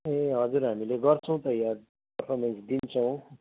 ए हजुर हामीले गर्छौँ त याद दिन्छौँ